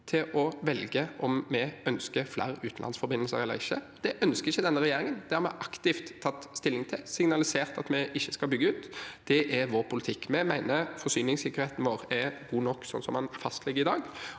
til å velge om vi ønsker flere utenlandsforbindelser eller ikke. Det ønsker ikke denne regjeringen. Det har vi aktivt tatt stilling til, og vi har signalisert at vi ikke skal bygge ut. Det er vår politikk. Vi mener forsyningssikkerheten vår er god nok sånn den ligger fast